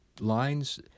lines